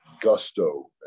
gusto